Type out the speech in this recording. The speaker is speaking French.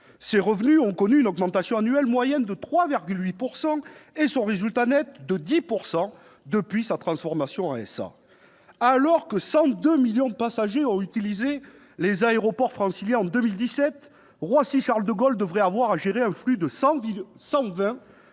Ses revenus ont connu une augmentation annuelle moyenne de 3,8 %, et son résultat net a progressé de 10 %, depuis sa transformation en société anonyme. Alors que 102 millions de passagers ont utilisé les aéroports franciliens en 2017, Roissy-Charles-de-Gaulle devrait avoir à gérer un flux annuel